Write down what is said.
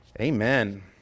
Amen